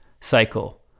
cycle